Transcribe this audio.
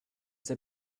sais